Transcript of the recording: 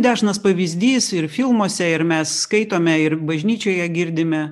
dažnas pavyzdys ir filmuose ir mes skaitome ir bažnyčioje girdime